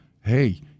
hey